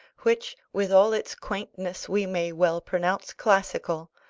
which with all its quaintness we may well pronounce classical,